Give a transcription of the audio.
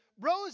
rose